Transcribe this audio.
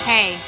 Hey